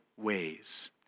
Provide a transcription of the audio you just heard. ways